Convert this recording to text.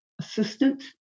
assistant